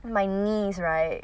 my knees right